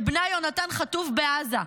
שבנה יונתן חטוף בעזה,